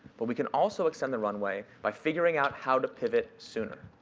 but we can also extend the runway by figuring out how to pivot sooner.